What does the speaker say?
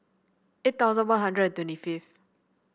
eight thousand One Hundred and twenty fifth